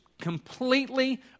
completely